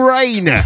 Rain